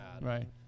Right